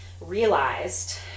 realized